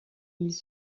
ils